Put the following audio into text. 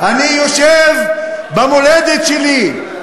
אני יושב במולדת שלי,